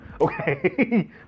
okay